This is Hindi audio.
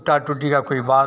तार टूटी की कोई बात